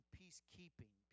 peacekeeping